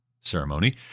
ceremony